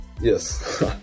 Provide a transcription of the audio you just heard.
yes